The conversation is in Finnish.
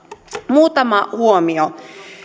muutama huomio